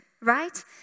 right